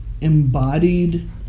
embodied